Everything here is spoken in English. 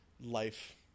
life